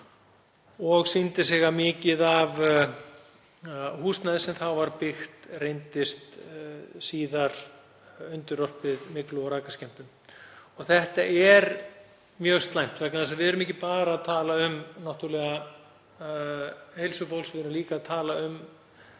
og sýndi sig að mikið af húsnæði sem þá var byggt reyndist síðar undirorpið myglu og rakaskemmdum. Þetta er mjög slæmt vegna þess að við erum ekki bara að tala um heilsu fólks, við erum líka að tala um